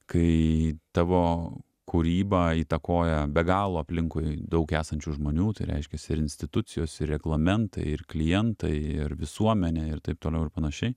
kai tavo kūrybą įtakoja be galo aplinkui daug esančių žmonių tai reiškias ir institucijos ir reglamentai ir klientai ir visuomenė ir taip toliau ir panašiai